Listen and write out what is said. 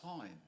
time